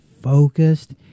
focused